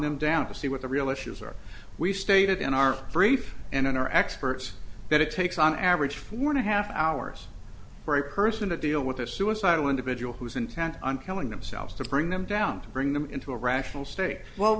them down to see what the real issues are we stated in our brief and in our experts that it takes on average four and a half hours for a person to deal with a suicidal individual who's intent on killing themselves to bring them down to bring them into a rational state w